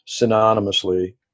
synonymously